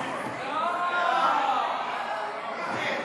הצעת חוק להסדר התדיינויות בסכסוכי משפחה (הוראת שעה) (תיקון מס'